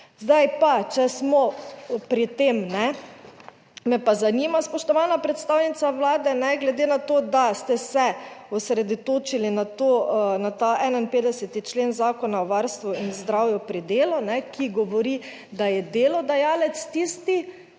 Zdaj pa, če smo pri tem, ne me pa zanima, spoštovana predstavnica Vlade, ne glede na to, da ste se osredotočili na to, na ta 51. člen Zakona o varstvu in zdravju pri delu, ki govori, da je delodajalec tisti,